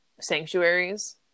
sanctuaries